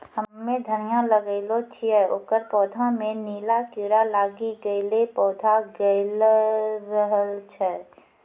हम्मे धनिया लगैलो छियै ओकर पौधा मे नीला कीड़ा लागी गैलै पौधा गैलरहल छै?